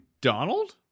Donald